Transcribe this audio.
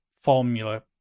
formula